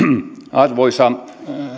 arvoisa